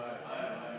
וואי, וואי.